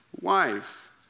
wife